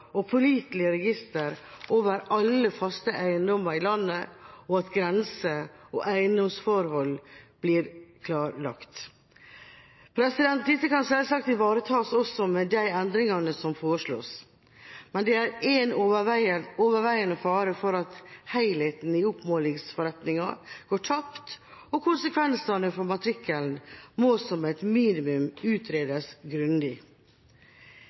og påliteleg register over alle faste eigedommar i landet, og at grenser og eigedomsforhold blir klarlagde.» Dette kan selvsagt ivaretas også med de endringene som foreslås, men det er en overveiende fare for at helheten i oppmålingsforretningen går tapt, og konsekvensene for matrikkelen må som et minimum utredes grundig.